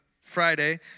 Friday